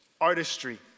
artistry